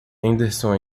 henderson